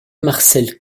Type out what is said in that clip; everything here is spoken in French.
marcel